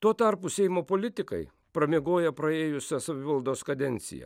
tuo tarpu seimo politikai pramiegoję praėjusią savivaldos kadenciją